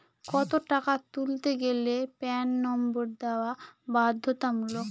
কত টাকা তুলতে গেলে প্যান নম্বর দেওয়া বাধ্যতামূলক?